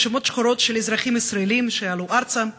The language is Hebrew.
רשימות שחורות של אזרחים ישראלים שעלו ארצה,